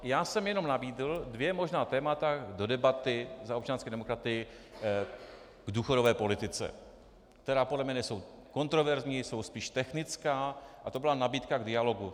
Já jsem jenom nabídl dvě možná témata do debaty za občanské demokraty k důchodové politice, která podle mě nejsou kontroverzní, jsou spíše technická, a to byla nabídka k dialogu.